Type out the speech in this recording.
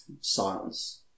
silence